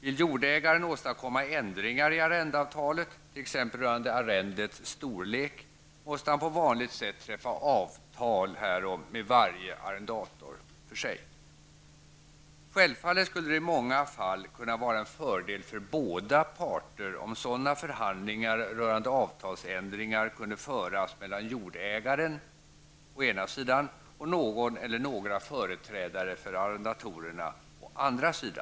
Om jordägaren vill åstadkomma ändringar i arrendeavtalet -- t.ex. rörande arrendets storlek -- måste han på vanligt sätt träffa avtal härom med varje arrendator för sig. Självfallet skulle det i många fall kunna vara en fördel för båda parter om sådana förhandlingar rörande avtalsändringar kunde föras mellan å ena sidan jordägaren och å andra sidan någon eller några företrädare för arrendatorerna.